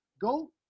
go